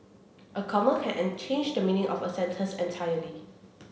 a comma can unchanged the meaning of a sentence entirely